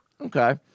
Okay